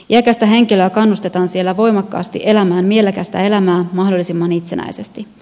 iäkästä henkilöä kannustetaan siellä voimakkaasti elämään mielekästä elämää mahdollisimman itsenäisesti